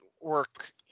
work